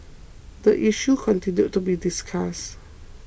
the issue continued to be discussed